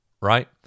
right